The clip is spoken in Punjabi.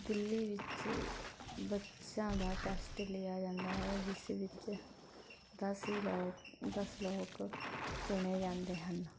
ਦਿੱਲੀ ਵਿੱਚ ਬੱਚਿਆਂ ਦਾ ਟੈਸਟ ਲਿਆ ਜਾਂਦਾ ਹੈ ਜਿਸ ਵਿੱਚ ਦਸ ਹੀ ਲੋਕ ਦਸ ਲੋਕ ਚੁਣੇ ਜਾਂਦੇ ਹਨ